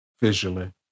Visually